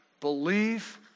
Believe